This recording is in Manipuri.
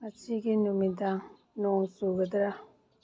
ꯉꯁꯤꯒꯤ ꯅꯨꯃꯤꯗꯥꯡ ꯅꯣꯡ ꯆꯨꯒꯗ꯭ꯔꯥ